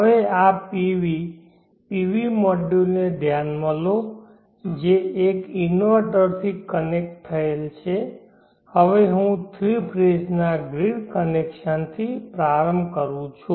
હવે આ PV PV મોડ્યુલને ધ્યાનમાં લો જે એક ઇન્વર્ટરથી કનેક્ટ થયેલ છે હવે હું થ્રી ફેજ ના ગ્રીડ કનેક્શન થી પ્રારંભ કરું છું